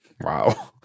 Wow